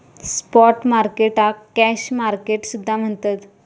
spot मार्केटाक cash market सुद्धा म्हणतत